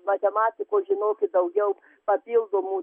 matematikos žinokit daugiau papildomų